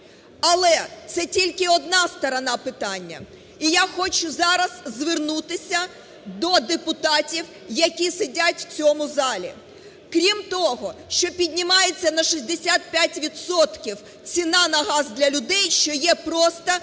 але це тільки одна сторона питання. І я хочу зараз звернутися до депутатів, які сидять в цьому залі. Крім того, що піднімається на 65 відсотків ціна на газ для людей, що є просто